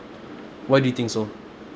why do you think so